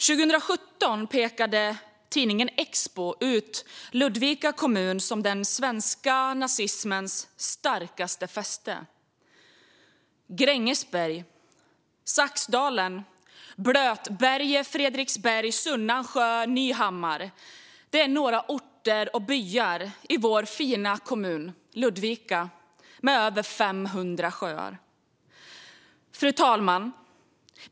År 2017 pekade tidningen Expo ut Ludvika kommun som den svenska nazismens starkaste fäste. Grängesberg, Saxdalen, Blötberget, Fredriksberg, Sunnansjö och Nyhammar är några orter och byar i vår fina kommun Ludvika med över 500 sjöar. Fru talman!